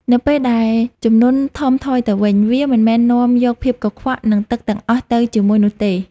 នៅពេលដែលជំនន់ថមថយទៅវិញ វាមិនមែននាំយកភាពកខ្វក់ និងទឹកទាំងអស់ទៅជាមួយនោះទេ។